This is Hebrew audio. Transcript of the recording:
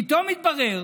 פתאום מתברר